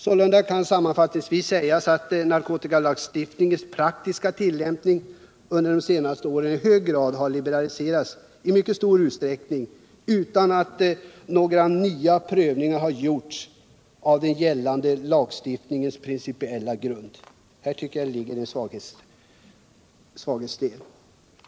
Sålunda kan sammanfattningsvis sägas att narkotikalagstiftningens praktiska tillämpning under de senaste åren liberaliserats i mycket stor utsträckning utan att några nya prövningar gjorts av den gällande lagstiftningens principiella grunder. Här tycker jag att det ligger en svaghet.